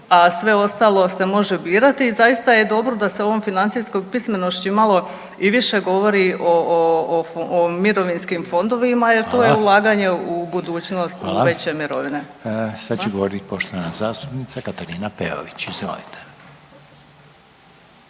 a sve ostalo se može birati. I zaista je dobro da se ovom financijskom pismenošću malo i više govori o mirovinskim fondovima jer …/Upadica: Hvala./ … to je ulaganje u budućnost, u veće mirovine. **Reiner, Željko (HDZ)** Sad će govorit poštovana zastupnica Katarina Peović, izvolite.